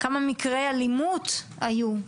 כמה מקרי אלימות היו.